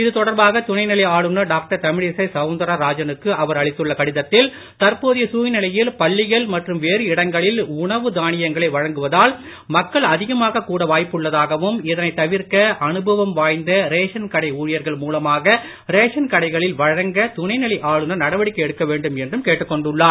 இது தொடர்பாக துணை நிலை ஆளுநர் டாக்டர் தமிழிசை சௌந்தரராஜனுக்கு அவர் அளித்துள்ள கடிதத்தில் தற்போதைய சூழ்நிலையில் பள்ளிகள் மற்றும் வேறு இடங்களில் உணவு தானியங்களை வழங்குவதால் மக்கள் அதிகமாக கூட வாய்ப்புள்ளதாகவும் இதனை தவிர்க்க அனுபவம் வாய்ந்த ரேஷன் கடை ஊழியர்கள் மூலமாக ரேஷன் கடைகளில் வழங்க துணைநிலை ஆளுநர் நடவடிக்கை எடுக்க வேண்டும் என்றும் கேட்டுக்கொண்டுள்ளார்